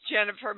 Jennifer